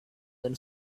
then